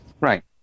Right